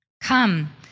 Come